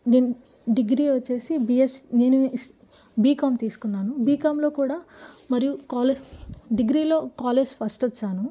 నేను డిగ్రీ వచ్చేసి బీఎస్సీ నేను బీకామ్ తీసుకున్నాను బీకామ్లో కూడా మరియు కాలేజ్ డిగ్రీలో కాలేజ్ ఫస్ట్ వచ్చాను